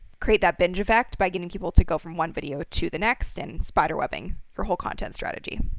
create that binge effect by getting people to go from one video to the next and spider webbing your whole content strategy.